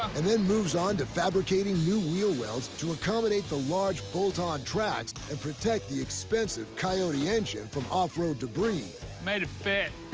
and then moves on to fabricating new wheel wells to accommodate the large, bolt-on tracks and protect the expensive coyote engine from off-road debris. i made it fit!